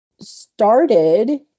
started